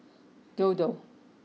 dodo